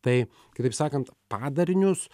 tai kitaip sakant padarinius